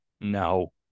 No